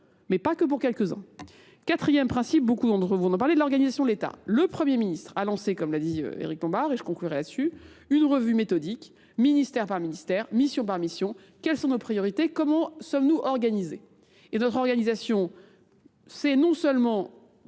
Mais pas que pour quelques ans. Quatrième principe, beaucoup d'entre vous vont nous parler de l'organisation de l'Etat. Le Premier ministre a lancé, comme l'a dit Éric Lombard, et je conclurai là-dessus, une revue méthodique, ministère par ministère, mission par mission. Quelles sont nos priorités ? Comment sommes-nous organisés ? Et notre organisation, c'est non seulement